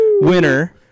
winner